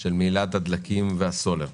של מהילת הדלקים והסולר.